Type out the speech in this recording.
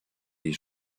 des